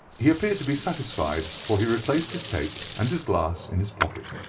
he appeared to be satisfied, for he replaced his tape and his glass in his pocket.